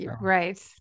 Right